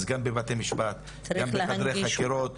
אז גם בבתי המשפט וגם בחדרי החקירות,